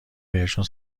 بهشون